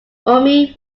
orme